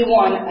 one